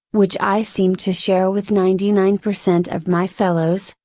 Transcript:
which i seem to share with ninety nine percent of my fellows,